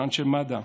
של אנשי מד"א,